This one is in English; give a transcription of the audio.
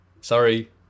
sorry